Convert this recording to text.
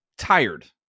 tired